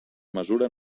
mesura